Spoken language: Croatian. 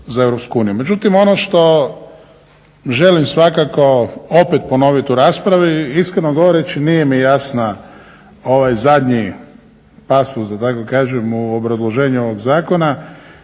uniju. Međutim, ono što želim svakako opet ponovit u raspravi, iskreno govoreći nije mi jasan ovaj zadnji pasus da tako kažem, u obrazloženju ovog zakona